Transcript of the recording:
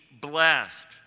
blessed